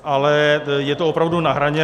Ale je to opravdu na hraně.